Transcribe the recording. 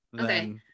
Okay